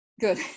Good